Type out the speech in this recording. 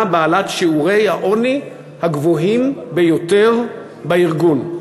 בעלת שיעורי העוני הגבוהים ביותר בארגון,